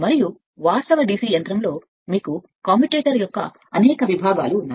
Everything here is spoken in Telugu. మరియు వాస్తవ DC యంత్రంలో మీకు కమ్యుటేటర్ యొక్క అనేక విభాగాలు ఉన్నాయి